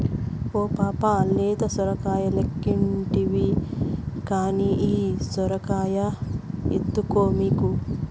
ఓ పాపా లేత సొరకాయలెక్కుంటివి కానీ ఈ సొరకాయ ఎత్తుకో మీకు